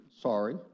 sorry